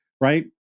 right